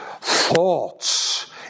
thoughts